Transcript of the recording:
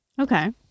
Okay